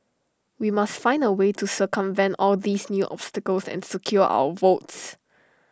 we must find A way to circumvent all these new obstacles and secure our votes